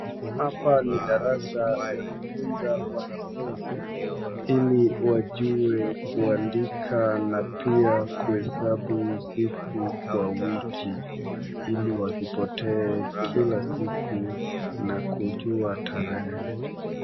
Hapa ni darasa ya kufunza wanafunzi ili wajue kuandika na pia kuhesabu siku kwa wiki. Ili wasipotee kila siku na kujua tarehe.